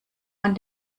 man